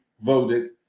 voted